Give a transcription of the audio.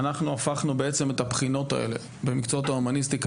הפכנו את הבחינות האלה במקצועות ההומניסטיקה